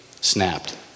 snapped